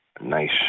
Nice